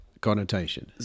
connotation